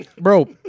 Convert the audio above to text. Bro